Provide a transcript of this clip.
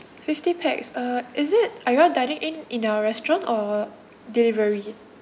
fifty pax uh is it are you all dining in in our restaurant or delivery